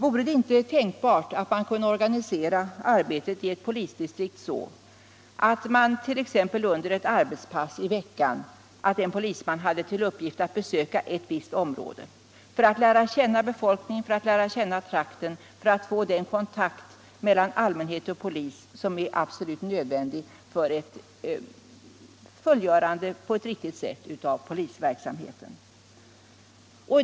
Vore det inte tänkbart att organisera arbetet i ett polisdistrikt så att en polisman t.ex. under ett arbetspass i veckan hade till uppgift att besöka ett visst område för att lära känna befolkningen, för att lära känna trakten och för att få den kontakt mellan allmänhet och polis som är absolut nödvändig för ett fullgörande på ett riktigt sätt av polisverksamheten?